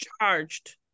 charged